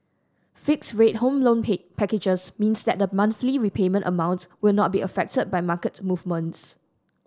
fixed rate Home Loan packages means that the monthly repayment amount will not be affected by market movements